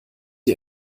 ihr